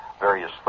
various